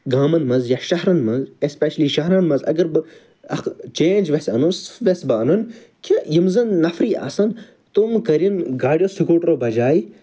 گامَن مَنٛز یا شَہرَن مَنٛز ایٚسپیشلی شَہرَن مَنٛز اگر بہٕ اَکھ چینٛج ویٚژھہٕ اَنن سُہ ویٚژھہٕ بہٕ اَنُن کہِ یم زَن نَفری آسَن تِم کٔرِنۍ گاڈیٚو سکوٹرو بَجایہِ